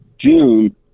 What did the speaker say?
June